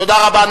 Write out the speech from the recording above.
תודה רבה.